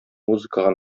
музыкага